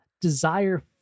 desire